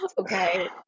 okay